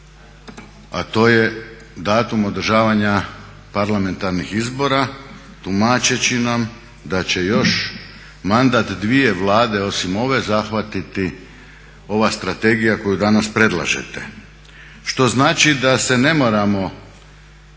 a to je datum održavanja parlamentarnih izbora tumačeći nam da će još mandat dvije Vlade osim ove zahvatiti ova strategija koju danas predlažete. Što znači da se ne moramo